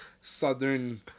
southern